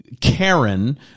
Karen